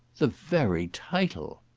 the very title!